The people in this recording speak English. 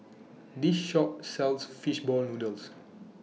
This Shop sells Fish Ball Noodles